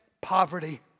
poverty